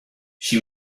she